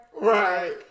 Right